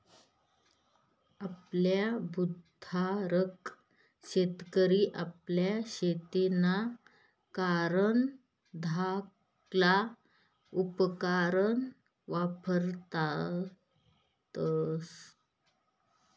अल्प भुधारक शेतकरी अल्प शेतीना कारण धाकला उपकरणं वापरतस